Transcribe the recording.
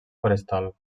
forestal